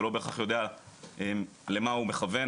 הוא לא בהכרח יודע למה הוא מכוון.